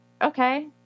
okay